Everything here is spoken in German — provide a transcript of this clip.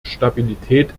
stabilität